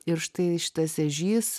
ir štai šitas ežys